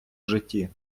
житті